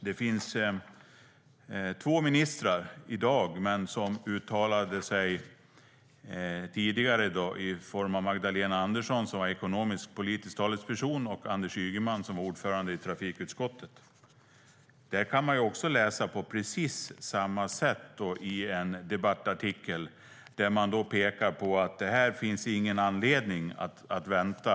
Det finns två ministrar i dag, Magdalena Andersson och Anders Ygeman, som var ekonomiskpolitisk talesperson respektive ordförande i trafikutskottet och som då uttalade sig som sådana. Man kan läsa en debattartikel där de på precis samma sätt pekar på att det inte finns någon anledning att vänta.